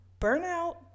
burnout